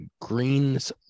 greens